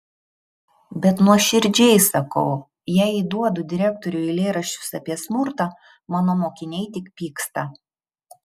bet nuoširdžiai sakau jei įduodu direktoriui eilėraščius apie smurtą mano mokiniai tik pyksta